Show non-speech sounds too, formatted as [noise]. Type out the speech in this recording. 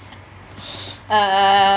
[breath] err